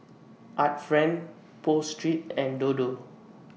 Art Friend Pho Street and Dodo